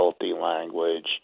language